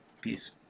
peace